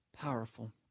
powerful